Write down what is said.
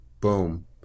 boom